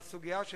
בסוגיה הזאת,